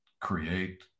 create